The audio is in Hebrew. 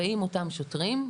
באים אותם שוטרים,